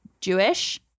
Jewish